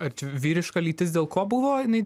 ar čia vyriška lytis dėl ko buvo jinai